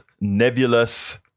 nebulous